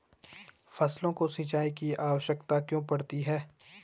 फसलों को सिंचाई की आवश्यकता क्यों पड़ती है?